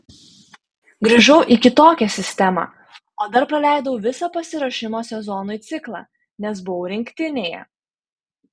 grįžau į kitokią sistemą o dar praleidau visą pasiruošimo sezonui ciklą nes buvau rinktinėje